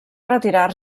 retirar